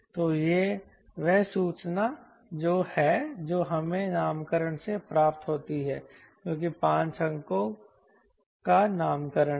तो यह वह सूचना है जो हमें नामकरण से प्राप्त होती है जो कि 5 अंकों का नामकरण है